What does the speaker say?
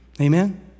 Amen